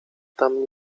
tam